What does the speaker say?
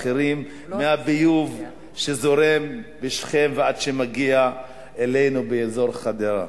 מהביוב שזורם בשכם עד שמגיע אלינו לאזור חדרה.